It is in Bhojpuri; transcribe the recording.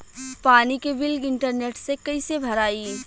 पानी के बिल इंटरनेट से कइसे भराई?